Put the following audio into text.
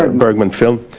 um bergman film.